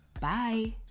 Bye